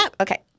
Okay